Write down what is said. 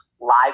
live